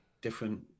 different